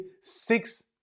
six